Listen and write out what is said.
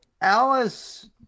Alice